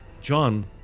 John